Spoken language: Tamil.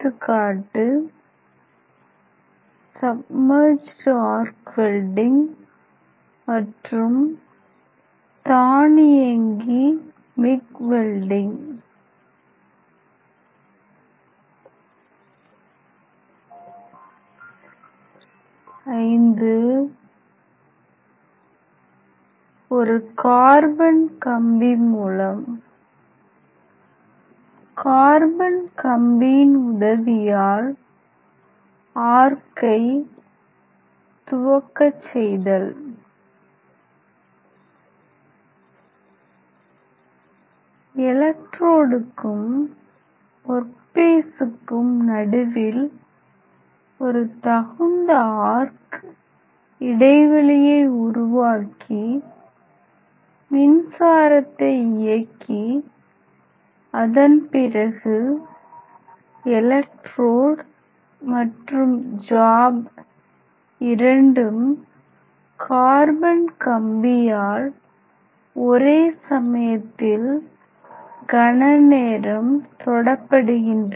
கா SAW மற்றும் தானியங்கி MIG வெல்டிங் v ஒரு கார்பன் கம்பி மூலம் கார்பன் கம்பியின் உதவியால் ஆர்க்கை துவக்க செய்தல் எலெக்ட்ரோடுக்கும் ஒர்க் பீசுக்கும் நடுவில் ஒரு தகுந்த ஆர்க் இடைவெளியை உருவாக்கி மின்சாரத்தை இயக்கி அதன் பிறகு எலெக்ட்ரோடு மற்றும் ஜாப் இரண்டும் கார்பன் கம்பியால் ஒரே சமயத்தில் கண நேரம் தொடப்படுகின்றன